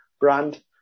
brand